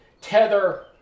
tether